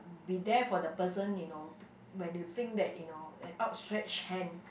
be there for the person you know when you think that you know an out stretched hand